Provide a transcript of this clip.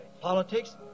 Politics